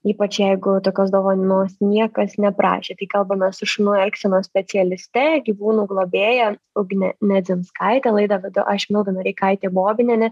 ypač jeigu tokios dovanos niekas neprašė tai kalbamės su šunų elgsenos specialiste gyvūnų globėja ugne nedzinskaite laidą vedu aš milda noreikaitė bobinienė